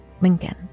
Lincoln